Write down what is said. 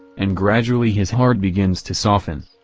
and gradually his heart begins to soften.